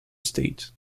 state